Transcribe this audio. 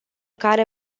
care